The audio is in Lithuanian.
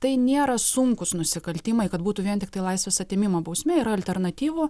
tai nėra sunkūs nusikaltimai kad būtų vien tiktai laisvės atėmimo bausmė alternatyvų